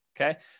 Okay